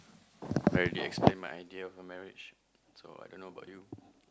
I already explain my idea about marriage so I don't know about you